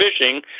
fishing